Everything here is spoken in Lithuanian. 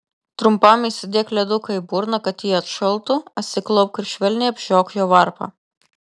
trumpam įsidėk leduką į burną kad ji atšaltų atsiklaupk ir švelniai apžiok jo varpą